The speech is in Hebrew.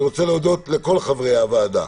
אני רוצה להודות לכל חברי הוועדה